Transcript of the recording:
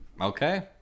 Okay